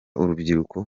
urubyiruko